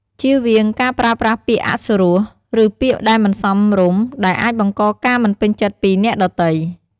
ជៀសវាងការប្រើប្រាស់ពាក្យអសុរោះ ឬពាក្យដែលមិនសមរម្យ ដែលអាចបង្កការមិនពេញចិត្តពីអ្នកដទៃ។